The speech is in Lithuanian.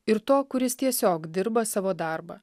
ir to kuris tiesiog dirba savo darbą